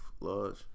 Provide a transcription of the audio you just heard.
Lodge